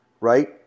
right